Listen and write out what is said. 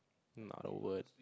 not a word